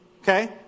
Okay